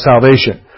salvation